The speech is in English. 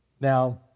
Now